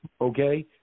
okay